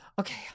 Okay